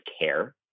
care